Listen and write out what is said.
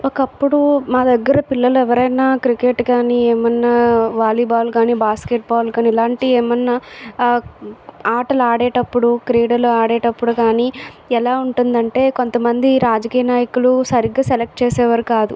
ఒకప్పుడు మా దగ్గర పిల్లలు ఎవరైనా క్రికెట్ కానీ ఏమన్నా వాలీబాల్ కానీ బాస్కెట్ బాల్ కానీ ఇలాంటివి ఏమైన్నా ఆటలు ఆడేటప్పుడు క్రీడలు ఆడేటప్పుడు కానీ ఎలా ఉంటుందంటే కొంతమంది రాజకీయ నాయకులు సరిగ్గా సెలెక్ట్ చేసేవారు కాదు